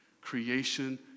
Creation